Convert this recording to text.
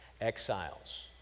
exiles